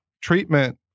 treatment